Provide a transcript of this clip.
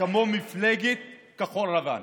כמו מפלגת כחול לבן.